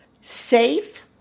Safe